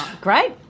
Great